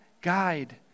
guide